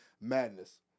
madness